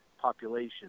population